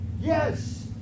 Yes